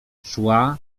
szła